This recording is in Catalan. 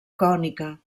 cònica